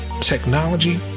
technology